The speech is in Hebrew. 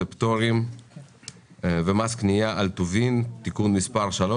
והפטורים ומס קניה על טובין (תיקון מס' 3),